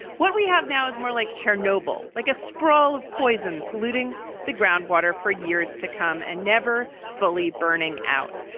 what we have now is more like chernobyl, like a sprawl of poison, polluting the groundwater for years to come and never fully burning out.